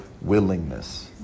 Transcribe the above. willingness